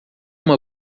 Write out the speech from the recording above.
uma